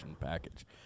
Package